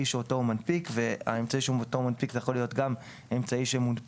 שאותו הוא מנפיק והאמצעי שאותו הוא מנפיק יכול להיות גם האמצעי שמונפק